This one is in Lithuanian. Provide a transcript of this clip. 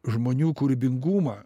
žmonių kūrybingumą